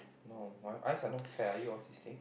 no my eyes are not fat are you autistic